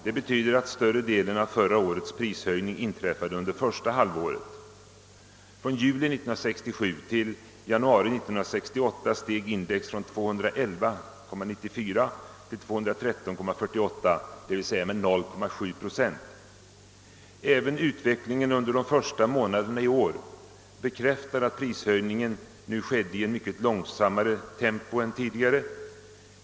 Det betyder att större delen av förra årets prishöjning inträffade under första halvåret. Från juli 1967 till januari 1968 steg index från 211,94 till 213,48, d.v.s. med 0,7 procent. Även utvecklingen under de första månaderna i år bekräftar att prishöjningen nu ägde rum i ett mycket långsammare tempo än tidigare.